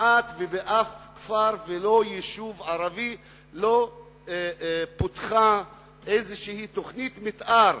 כמעט ובאף כפר או יישוב ערבי לא פותחה איזו תוכנית מיתאר,